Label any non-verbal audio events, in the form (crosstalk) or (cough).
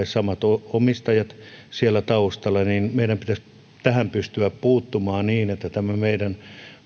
(unintelligible) samat omistajat siellä taustalla niin meidän pitäisi pystyä tähän puuttumaan niin että myös tämä meidän